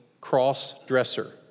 cross-dresser